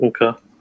Okay